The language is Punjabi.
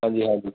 ਹਾਂਜੀ ਹਾਂਜੀ